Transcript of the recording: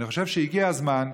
אני חושב שהגיע הזמן,